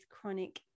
chronic